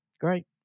great